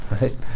right